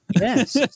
Yes